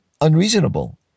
unreasonable